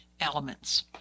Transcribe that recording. elements